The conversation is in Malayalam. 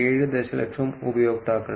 7 ദശലക്ഷം ഉപയോക്താക്കൾ